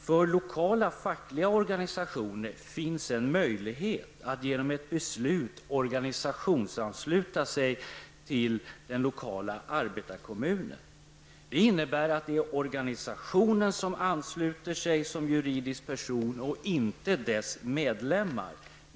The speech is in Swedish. För lokala fackliga organisationer finns det en möjlighet att genom beslut organisationsansluta sig till den lokala arbetarkommunen. Detta innebär att det är organisationen som ansluter sig som juridisk person och inte dess medlemmar.